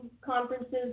conferences